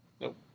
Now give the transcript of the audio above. nope